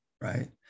right